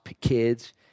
kids